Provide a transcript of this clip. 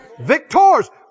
victors